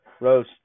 Rose